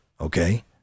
okay